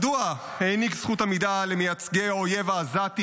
מדוע העניק זכות עמידה למייצגי האויב העזתי